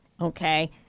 Okay